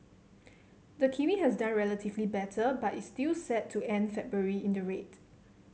the kiwi has done relatively better but is still set to end February in the red